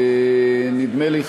נדמה לי,